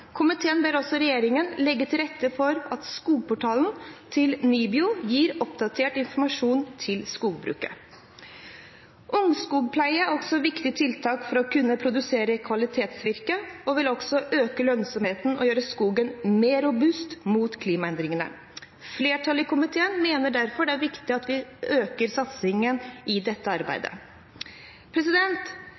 Komiteen ber også regjeringen legge til rette for at skogportalen til NIBIO gir oppdatert informasjon til skogbruket. Ungskogpleie er også et viktig tiltak for å kunne produsere kvalitetsvirke og vil øke lønnsomheten og gjøre skogen mer robust mot klimaendringene. Flertallet i komiteen mener derfor det er viktig at vi øker satsingen i dette arbeidet.